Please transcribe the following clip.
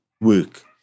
work